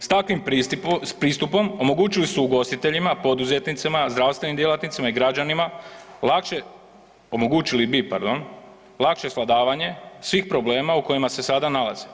S takvim pristupom omogućili su ugostiteljima, poduzetnicima, zdravstvenim djelatnicima i građanima lakše, omogućili bi pardon, lakše svladavanje svih problema u kojima se sada nalaze.